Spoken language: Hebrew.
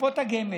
קופות הגמל.